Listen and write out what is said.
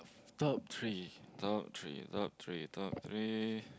top three top three top three top three